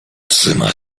trzyma